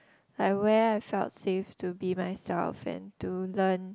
like where I felt safe to be myself and to learn